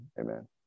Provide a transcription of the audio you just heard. amen